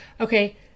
okay